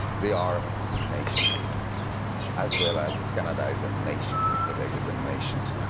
they are nations as well as canada is a nation and quebec is a nation.